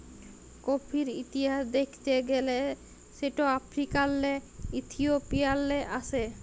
কফির ইতিহাস দ্যাখতে গ্যালে সেট আফ্রিকাল্লে ইথিওপিয়াল্লে আস্যে